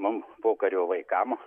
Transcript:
mum pokario vaikam